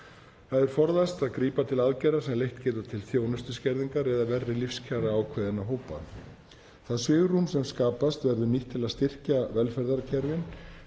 Það er forðast að grípa til aðgerða sem leitt geta til þjónustuskerðingar eða verri lífskjara. Það svigrúm sem skapast verður nýtt til að styrkja velferðarkerfin